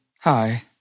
Hi